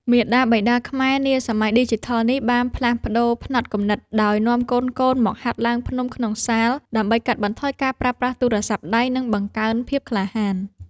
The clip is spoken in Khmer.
មាតាបិតាខ្មែរនាសម័យឌីជីថលនេះ បានផ្លាស់ប្តូរផ្នត់គំនិតដោយនាំកូនៗមកហាត់ឡើងភ្នំក្នុងសាល ដើម្បីកាត់បន្ថយការប្រើប្រាស់ទូរស័ព្ទដៃ និងបង្កើនភាពក្លាហាន។